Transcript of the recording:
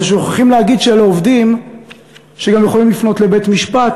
אבל שוכחים להגיד שאלה עובדים שגם יכולים לפנות לבית-משפט,